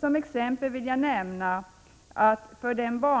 Som exempel vill jag nämna att avsaknaden